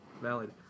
Valid